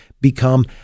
become